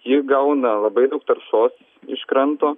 ji gauna labai daug taršos iš kranto